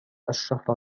الشهر